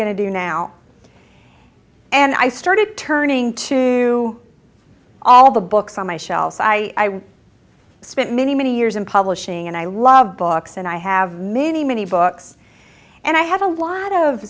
going to do now and i started turning to all the books on my shelves i spent many many years in publishing and i love books and i have many many books and i have a lot of